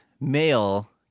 male